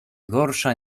gorsza